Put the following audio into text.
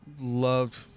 loved